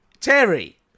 Terry